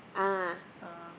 uh